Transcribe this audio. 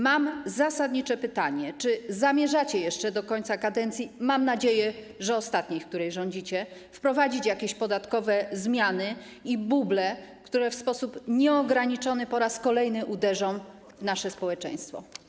Mam zasadnicze pytanie: Czy zamierzacie do końca kadencji - mam nadzieję, że ostatniej, w czasie której rządzicie - wprowadzić jeszcze jakieś podatkowe zmiany i buble, które w sposób nieograniczony po raz kolejny uderzą w nasze społeczeństwo?